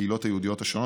הקהילות היהודיות השונות.